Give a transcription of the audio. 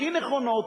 הכי נכונות,